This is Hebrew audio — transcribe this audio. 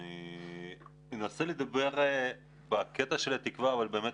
אני אנסה לדבר בקטע של התווה אבל באמת